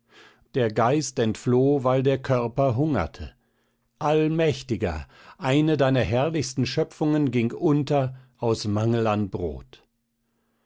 der geist entfloh weil der körper hungerte allmächtiger eine deiner herrlichsten schöpfungen ging unter aus mangel an brot